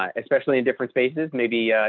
um especially in different spaces, maybe,